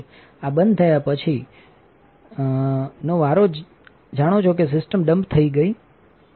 આ બંધ થયા પછી તમે નો વારો જાણો છોકે સિસ્ટમ ડમ્પ થઈ ગઈ છે